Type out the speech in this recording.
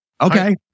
Okay